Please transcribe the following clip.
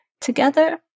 together